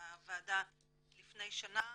בוועדה לפני שנה.